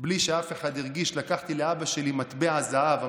בלי שאף אחד הרגיש לקחתי לאבא שלי המלך מטבע זהב,